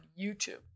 YouTube